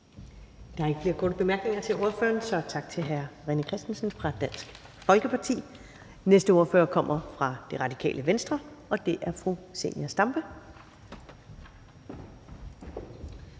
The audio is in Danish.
Der er ikke flere korte bemærkninger til ordføreren, så tak til hr. René Christensen fra Dansk Folkeparti. Den næste ordfører kommer fra Radikale Venstre, og det er fru Zenia Stampe.